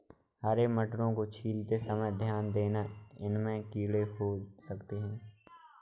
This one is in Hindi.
हरे मटरों को छीलते समय ध्यान देना, इनमें कीड़े हो सकते हैं